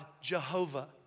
Jehovah